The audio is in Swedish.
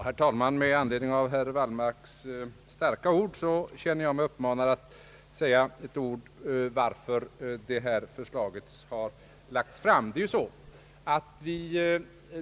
Herr talman! Med anledning av herr Wallmarks starka ord känner jag mig uppkallad att ge en förklaring till förslaget om den professur, som har förts fram i statsverkspropositionen.